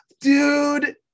dude